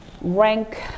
rank